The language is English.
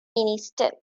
minister